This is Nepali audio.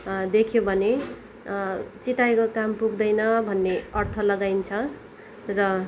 देख्यो भने चिताएको काम पुग्दैन भन्ने अर्थ लगाइन्छ र